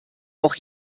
auch